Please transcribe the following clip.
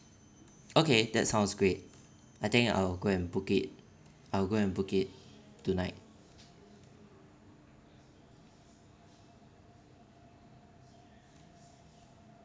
okay that sounds great I think I'll go and book it I'll go and book it tonight